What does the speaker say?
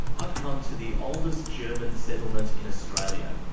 i've come to the oldest german settlement in australia.